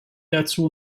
dazu